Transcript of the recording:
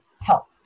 help